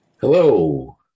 Hello